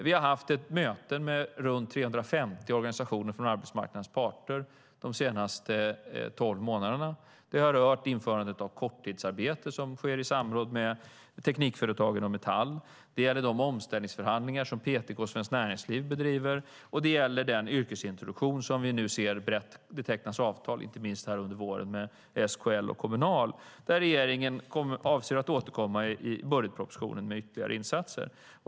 Vi har haft ett möte med omkring 350 organisationer från arbetsmarknadens parter de senaste tolv månaderna. Det har rört införandet av korttidsarbete, som sker i samråd med Teknikföretagen och Metall, de omställningsförhandlingar som PTK och Svenskt Näringsliv bedriver och den yrkesintroduktion som det nu tecknas avtal om, inte minst här under våren, med SKL och Kommunal. Och regeringen avser att återkomma i budgetpropositionen med ytterligare insatser.